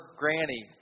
granny